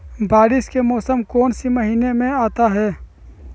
बारिस के मौसम कौन सी महीने में आता है?